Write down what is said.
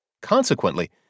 Consequently